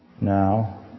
now